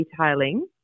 detailing